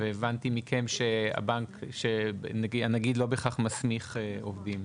הבנתי מכם שהנגיד לא בהכרח מסמיך עובדים.